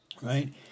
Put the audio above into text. Right